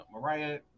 mariah